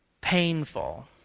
painful